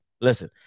Listen